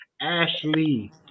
Ashley